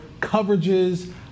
coverages